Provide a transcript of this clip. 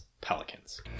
Pelicans